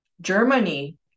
Germany